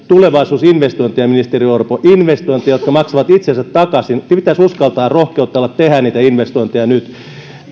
tulevaisuusinvestointeja ministeri orpo investointeja jotka maksavat itsensä takaisin pitäisi olla rohkeutta uskaltaa tehdä niitä investointeja nyt